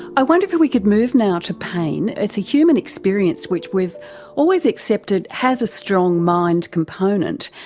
i wonder if we could move now to pain. it's a human experience which we've always accepted has a strong mind component.